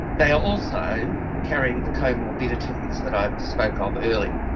they are also carrying the comorbidities that i spoke of earlier.